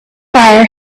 fire